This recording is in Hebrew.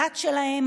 הדת שלהם,